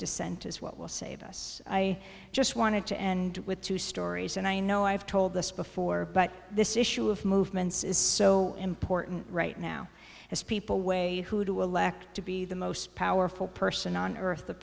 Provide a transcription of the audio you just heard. dissent is what will save us i just wanted to end with two stories and i know i've told this before but this issue of movements is so important right now as people way to elect to be the most powerful person on earth the